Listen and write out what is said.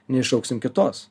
neiššauksim kitos